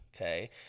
Okay